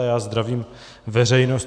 Já zdravím veřejnost.